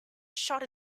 shot